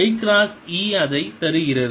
i cross E அதை தருகிறது